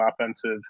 offensive